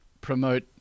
promote